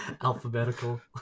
Alphabetical